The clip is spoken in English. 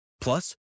Plus